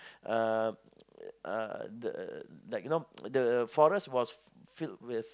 um uh the uh like you know the forest was filled with